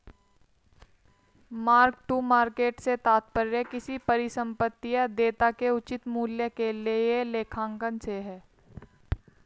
mark to market से तात्पर्य किसी परिसंपत्ति या देयता के उचित मूल्य के लिए लेखांकन से है